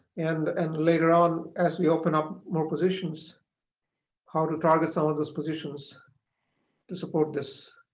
and and later on as we open up more positions how to target some of those positions to support this